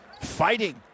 fighting